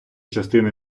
частина